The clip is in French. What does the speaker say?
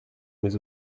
mes